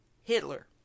Hitler